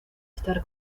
estar